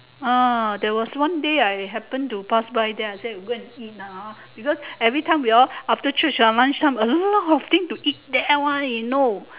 uh there was one day I happen to pass by there I said we go and eat ah hor because every time we all after church lunch time a lot of things to eat there one you know